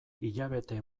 hilabete